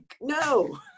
no